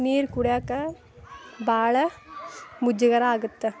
ನೀರು ಕುಡಿಯಕ್ಕೆ ಭಾಳ ಮುಜುಗರಾಗುತ್ತೆ